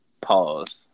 Pause